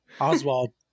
Oswald